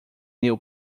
new